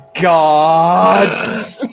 god